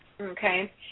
okay